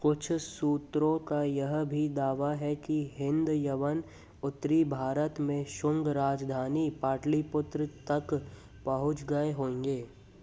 कुछ सूत्रों का यह भी दावा है कि हिन्द यवन उत्तरी भारत में शुंग राजधानी पाटलिपुत्र तक पहुँच गए होंगे